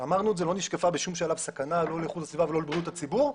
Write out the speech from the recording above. לא נשקפה סכנה בשום שלב לאיכות הסביבה או לבריאות הציבור.